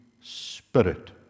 spirit